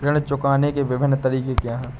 ऋण चुकाने के विभिन्न तरीके क्या हैं?